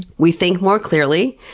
we think more clearly.